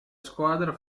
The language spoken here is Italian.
squadra